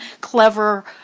clever